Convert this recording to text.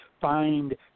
find